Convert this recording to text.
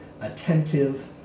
attentive